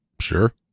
Sure